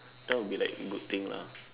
that will be like the good thing lah